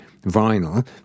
vinyl